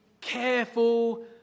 careful